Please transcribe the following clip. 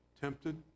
tempted